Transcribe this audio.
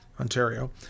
Ontario